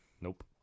Nope